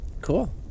cool